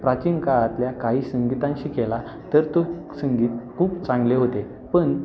प्राचीन काळातल्या काही संगीतांशी केला तर तो संगीत खूप चांगले होते पण